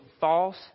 false